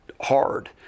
hard